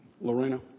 Lorena